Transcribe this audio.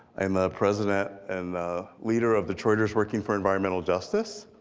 and the president and the leader of detroiters working for environmental justice.